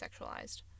sexualized